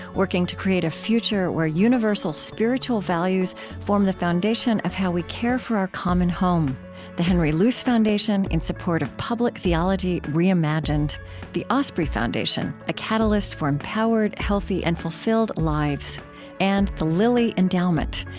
working to create a future where universal spiritual values form the foundation of how we care for our common home the henry luce foundation, in support of public theology reimagined the osprey foundation, a catalyst for empowered, healthy, and fulfilled lives and the lilly endowment,